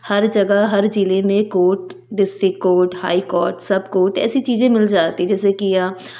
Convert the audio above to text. हर जगह हर जिले में court district court high court सब कोर्ट ऐसी चीज़ें मिल जाती है जैसे कि